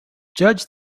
judge